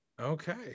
okay